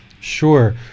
Sure